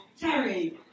Terry